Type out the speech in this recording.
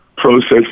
process